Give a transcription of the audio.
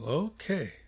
Okay